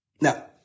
Now